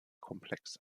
komplex